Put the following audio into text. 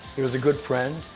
he was a good friend,